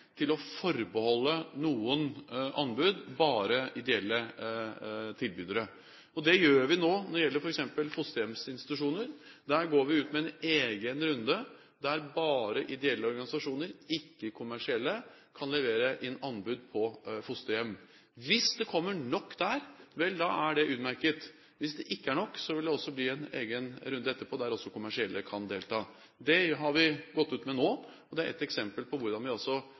til å forbeholde noen anbud bare ideelle tilbydere. Det gjør vi nå når det gjelder f.eks. fosterhjemsinstitusjoner. Der går vi ut med en egen runde der bare ideelle organisasjoner – ikke kommersielle – kan levere inn anbud på fosterhjem. Hvis det kommer nok der, er det utmerket. Hvis det ikke er nok, vil det også bli en egen runde etterpå der også kommersielle kan delta. Det har vi gått ut med nå, og det er et eksempel på hvordan vi